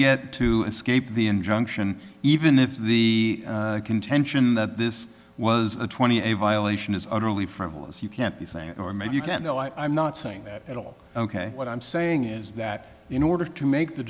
get to escape the injunction even if the contention that this was a twenty a violation is utterly frivolous you can't be saying or maybe you can't know i am not saying that at all ok what i'm saying is that in order to make the